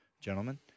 Gentlemen